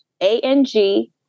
A-N-G